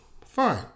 fine